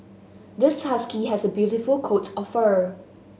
this husky has a beautiful coat of fur